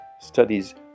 studies